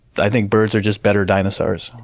i think birds are just better dinosaurs.